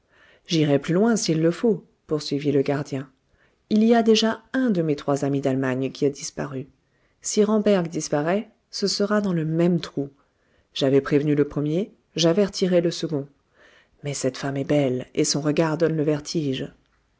j'irai plus loin s'il le faut poursuivit le gardien il y a déjà un de mes trois amis d'allemagne qui a disparu si ramberg disparaît ce sera dans le même trou j'avais prévenu le premier j'avertirai le second mais cet femme est belle et son regard donne le vertige